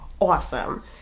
awesome